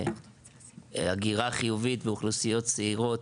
הגירה חיובית לאוכלוסיות צעירות,